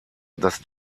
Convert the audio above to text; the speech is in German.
das